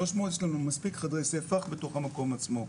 סך הכך 300. יש לנו מספיק חדרי ספח בתוך המקום עצמו.